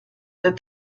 that